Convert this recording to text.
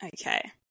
Okay